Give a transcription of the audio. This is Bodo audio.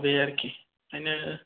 बे आरोखि ओंखायनो